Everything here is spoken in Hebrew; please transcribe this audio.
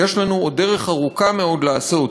כי יש לנו עוד דרך ארוכה מאוד לעשות